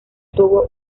tuvo